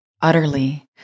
utterly